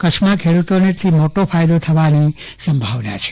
કચ્છમાં ખેડૂતોને તેનો મોટો ફાયદો થવાની સંભાવના છે